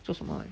做什么